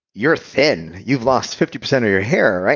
you're thin. you've lost fifty percent of your hair.